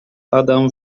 adam